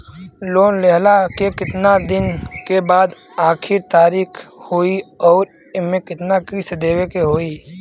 Loan लेहला के कितना दिन के बाद आखिर तारीख होई अउर एमे कितना किस्त देवे के होई?